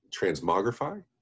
transmogrify